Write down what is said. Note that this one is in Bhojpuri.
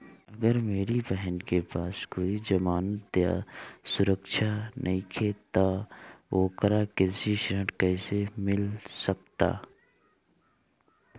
अगर मेरी बहन के पास कोई जमानत या सुरक्षा नईखे त ओकरा कृषि ऋण कईसे मिल सकता?